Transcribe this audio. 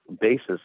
basis